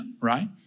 right